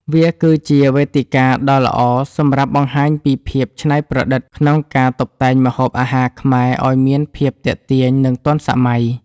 វាគឺជាវេទិកាដ៏ល្អសម្រាប់បង្ហាញពីភាពច្នៃប្រឌិតក្នុងការតុបតែងម្ហូបអាហារខ្មែរឱ្យមានភាពទាក់ទាញ និងទាន់សម័យ។